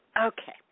okay